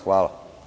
Hvala.